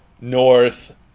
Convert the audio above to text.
North